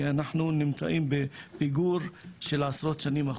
כי, אנחנו נמצאים בפיגור של עשרות שנים.